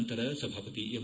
ನಂತರ ಸಭಾಪತಿ ಎಂ